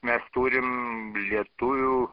mes turim lietuvių